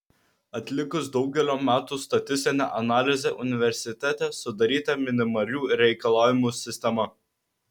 atlikus daugelio metų statistinę analizę universitete sudaryta minimalių reikalavimų sistema